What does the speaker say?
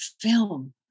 film